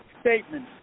statement